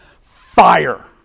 Fire